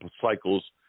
cycles